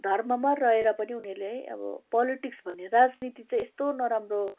धर्ममा रहेर पनि उनीहरूले है अब पोलिटिक्स भन्ने राजनीति चाहिँ यस्तो नराम्रो